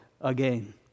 again